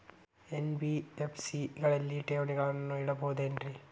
NBFC ಗಳಲ್ಲಿ ಠೇವಣಿಗಳನ್ನು ಇಡಬಹುದೇನ್ರಿ?